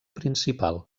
principal